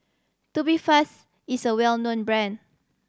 Tubifast is a well known brand